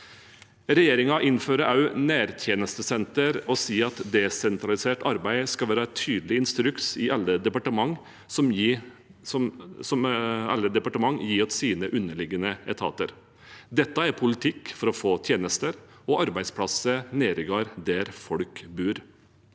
Regjeringen innfører også nærtjenestesenter og sier at desentralisert arbeid skal være en tydelig instruks som alle departement gir til sine underliggende etater. Dette er politikk for å få tjenester og arbeidsplasser nærmere der folk bor.